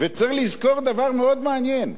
וצריך לזכור דבר מאוד מעניין,